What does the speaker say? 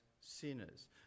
sinners